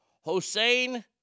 Hossein